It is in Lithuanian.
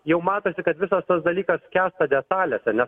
jau matosi kad visas tas dalykas skęsta detalėse nes